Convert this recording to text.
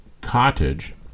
cottage